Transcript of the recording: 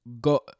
go